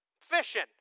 Fishing